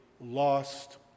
lost